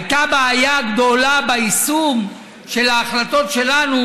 הייתה בעיה גדולה ביישום של ההחלטות שלנו,